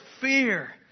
fear